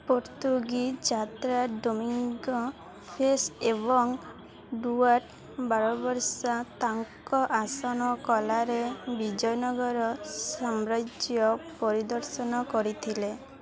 Portuguese ଯାତ୍ରା Domingo Paes ଏବଂ Duarte Barbosa ତାଙ୍କ ଆସନ କଲାରେ ବିଜୟନଗର ସାମ୍ରାଜ୍ୟ ପରିଦର୍ଶନ କରିଥିଲେ